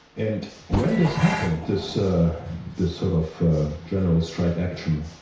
and when this happened, this ah this sort of general strike action,